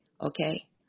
Okay